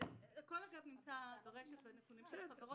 הכול נמצא ברשת בנתונים של החברות.